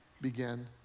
began